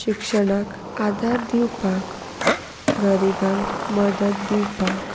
शिक्षणाक आदार दिवपाक गरिबांक मदत दिवपाक